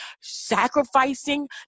sacrificing